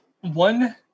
one